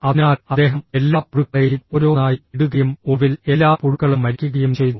അതിനാൽ അദ്ദേഹം എല്ലാ പുഴുക്കളെയും ഓരോന്നായി ഇടുകയും ഒടുവിൽ എല്ലാ പുഴുക്കളും മരിക്കുകയും ചെയ്തു